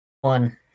one